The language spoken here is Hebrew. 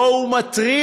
ובו הוא מתריע